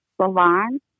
salon